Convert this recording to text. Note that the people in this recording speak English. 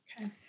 okay